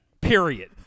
Period